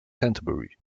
canterbury